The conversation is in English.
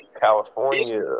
California